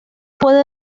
puede